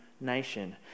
nation